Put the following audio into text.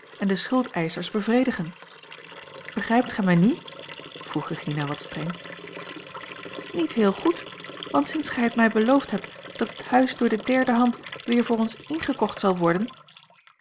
en de schuldeischers bevredigen begrijpt gij mij nu vroeg regina wat streng niet heel goed want sinds gij het mij beloofd hebt dat het huis door de derde hand weer voor ons ingekocht zal worden